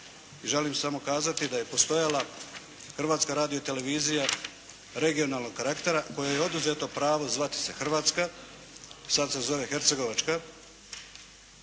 Želim samo kazati da je postojala Hrvatska radio televizija regionalnog karaktera kojoj je oduzeto pravo zvati se Hrvatska, sada se zove Hercegovačka.